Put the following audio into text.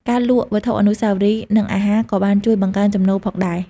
ការលក់វត្ថុអនុស្សាវរីយ៍ និងអាហារក៏បានជួយបង្កើនចំណូលផងដែរ។